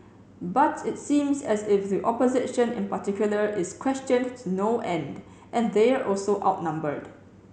but it seems as if the opposition in particular is questioned to no end and they're also outnumbered